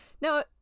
Now